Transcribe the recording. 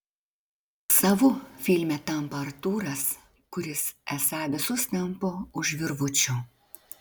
savu filme tampa artūras kuris esą visus tampo už virvučių